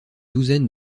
douzaine